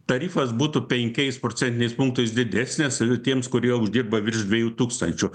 tarifas būtų penkiais procentiniais punktais didesnis ir tiems kurie uždirba virš dviejų tūkstančių